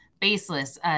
baseless